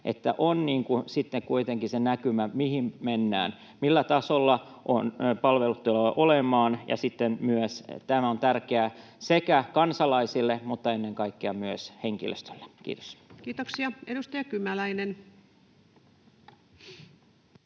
sitten kuitenkin se näkymä, mihin mennään, millä tasolla palvelut tulevat olemaan. Ja tämä on tärkeää myös sekä kansalaisille että ennen kaikkea henkilöstölle. — Kiitos. Kiitoksia. — Edustaja Kymäläinen.